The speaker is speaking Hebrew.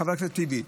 חבר הכנסת טיבי,